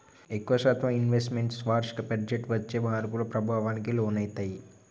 ఎక్కువ శాతం investments వార్షిక బడ్జెట్టు వచ్చే మార్పుల ప్రభావానికి లోనయితయ్యి